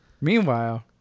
Meanwhile